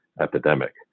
epidemic